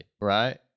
Right